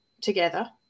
together